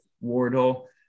Wardle